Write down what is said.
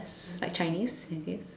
like Chinese okay